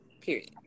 period